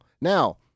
Now